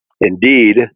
Indeed